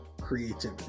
creativity